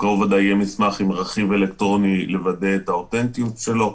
קרוב לוודאי יהיה מסמך עם רכיב אלקטרוני לוודא את האותנטיות שלו.